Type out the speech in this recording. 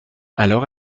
alors